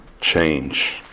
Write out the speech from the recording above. change